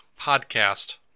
podcast